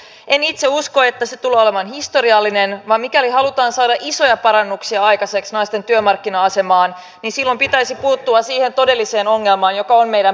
en itse usko että se tulee olemaan historiallinen vaan mikäli halutaan saada isoja parannuksia aikaiseksi naisten työmarkkina asemaan niin silloin pitäisi puuttua siihen todelliseen ongelmaan joka on meidän perhevapaajärjestelmä